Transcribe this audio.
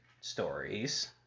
stories